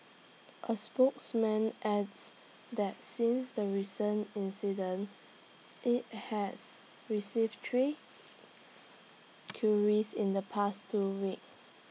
A spokesman adds that since the recent incidents IT has received three queries in the past two weeks